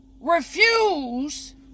refuse